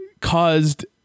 caused